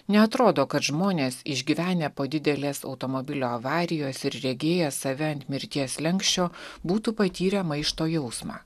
neatrodo kad žmonės išgyvenę po didelės automobilio avarijos ir regėję save ant mirties slenksčio būtų patyrę maišto jausmą